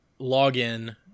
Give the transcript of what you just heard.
login